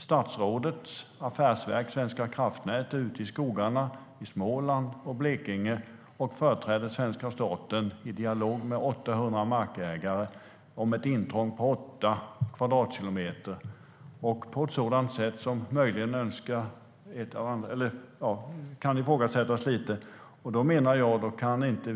Statsrådets affärsverk, Svenska kraftnät, är ute i skogarna i Småland och Blekinge och företräder svenska staten i dialog med 800 markägare om ett intrång på åtta kvadratkilometer, på ett sätt som möjligen kan ifrågasättas lite. Då kan vi inte,